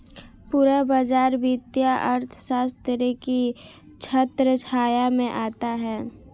पूरा बाजार वित्तीय अर्थशास्त्र की छत्रछाया में आता है